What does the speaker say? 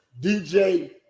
DJ